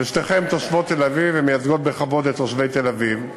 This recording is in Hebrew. ושתיכן תושבות תל-אביב ומייצגות בכבוד את תושבי תל-אביב,